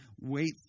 wait